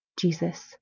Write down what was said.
Jesus